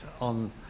on